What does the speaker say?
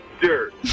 dirt